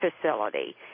Facility